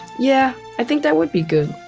yeah, i think that would be good